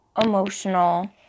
emotional